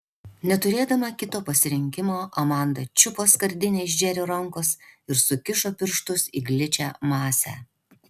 neturėdama kito pasirinkimo amanda čiupo skardinę iš džerio rankos ir sukišo pirštus į gličią masę